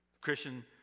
Christian